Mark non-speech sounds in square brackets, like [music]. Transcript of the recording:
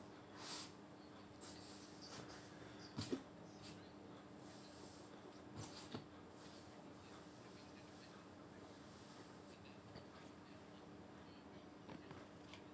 [breath]